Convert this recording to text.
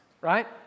right